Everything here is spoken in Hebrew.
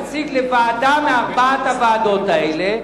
נציג לוועדה מארבע הוועדות האלה,